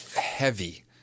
heavy